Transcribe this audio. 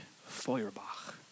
Feuerbach